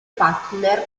partner